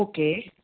okay